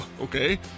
Okay